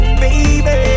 baby